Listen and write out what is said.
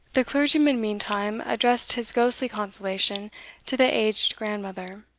the clergyman, meantime, addressed his ghostly consolation to the aged grandmother.